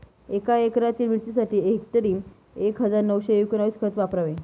एका एकरातील मिरचीसाठी हेक्टरी एक हजार नऊशे एकोणवीस खत वापरावे